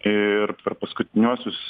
ir per paskutiniuosius